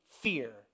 fear